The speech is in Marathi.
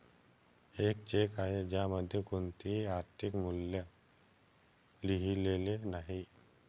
एक चेक आहे ज्यामध्ये कोणतेही आर्थिक मूल्य लिहिलेले नाही